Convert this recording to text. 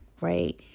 right